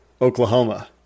Oklahoma